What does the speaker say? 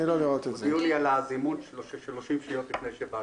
הודיעו לי על הזימון 30 שניות לפני שבאתי.